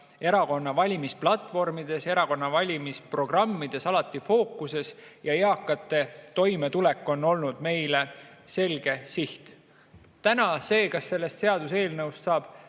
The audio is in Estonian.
erakonna valimisplatvormides, erakonna valimisprogrammides alati fookuses, ja eakate toimetulek on olnud meile selge siht. See, kas sellest seaduseelnõust saab